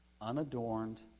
unadorned